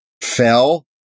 fell